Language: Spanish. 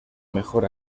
mejor